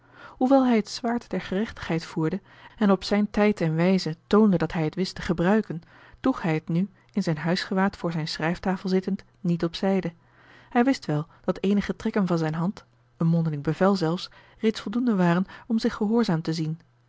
hoewel hij het zwaard der gerechtigheid voerde en op zijn tijd en wijze toonde dat hij het wist te gebruiken droeg hij het nu in zijn huisgewaad voor zijn schrijftafel zittend niet op zijde hij wist wel dat eenige trekken van zijne hand een mondeling bevel zelfs reeds voldoende waren om zich gehoorzaamd te zien